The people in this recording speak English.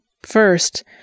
First